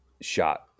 shot